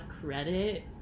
credit